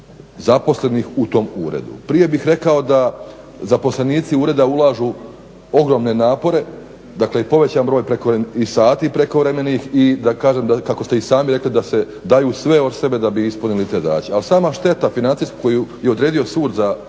zaposlenih u tom uredu. Prije bih rekao da zaposlenici Ureda ulažu ogromne napore, dakle i povećan broj i sati prekovremenih i da kažem kako ste i sami rekli da se daju sve od sebe da bi ispunili te zadaće. Ali sama šteta financijska koju je odredio Sud za